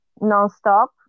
non-stop